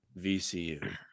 VCU